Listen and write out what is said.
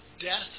death